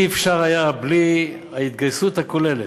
לא היה אפשר בלי ההתגייסות הכוללת,